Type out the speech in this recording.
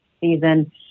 season